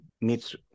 meets